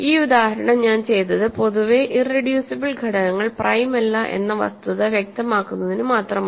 ഈ ഉദാഹരണം ഞാൻ ചെയ്തത് പൊതുവെ ഇറെഡ്യൂസിബിൾ ഘടകങ്ങൾ പ്രൈം അല്ല എന്ന വസ്തുത വ്യക്തമാക്കുന്നതിന് മാത്രമാണ്